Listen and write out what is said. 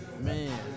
Man